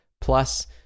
plus